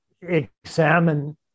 examine